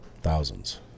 Thousands